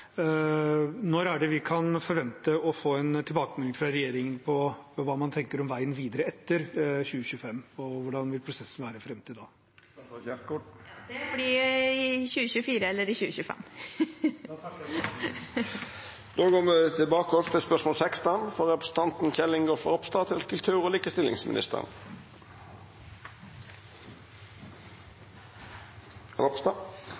vi forvente å få en tilbakemelding fra regjeringen på hva man tenker om veien videre etter 2025, og hvordan vil prosessen være fram til da? Det blir i 2024 eller 2025. Då går me tilbake til spørsmål 16. Jeg har gleden av å stille følgende spørsmål til